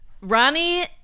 Ronnie